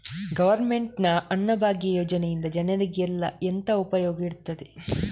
Government ನ ಅನ್ನಭಾಗ್ಯ ಯೋಜನೆಯಿಂದ ಜನರಿಗೆಲ್ಲ ಎಂತ ಉಪಯೋಗ ಇರ್ತದೆ?